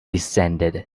descended